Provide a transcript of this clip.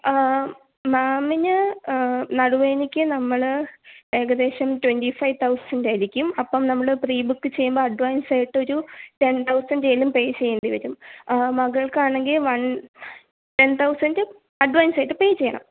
മാമിന് നടുവേദനയ്ക്ക് നമ്മൾ ഏകദേശം ട്വൻറി ഫൈവ് തൗസൻഡ് ആയിരിക്കും അപ്പം നമ്മൾ പ്രീ ബുക്ക് ചെയ്യുമ്പം അഡ്വാൻസ് ആയിട്ട് ഒരു ടെൻ തൗസൻഡ് എങ്കിലും പേ ചെയ്യേണ്ടി വരും മകൾക്കാണെങ്കിൽ വൺ ടെൻ തൗസൻഡ് അഡ്വാൻസ് ആയിട്ട് പേ ചെയ്യണം